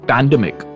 Pandemic